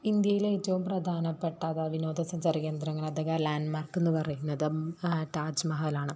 ഇന്ത്യയിലെ ഏറ്റവും പ്രധാനപ്പെട്ട അത വിനോദസഞ്ചാര കേന്ദ്രങ്ങൾ അഥവാ ലാൻഡ് മാർക്കെന്നു പറയുന്നതും താജ് മഹലാണ്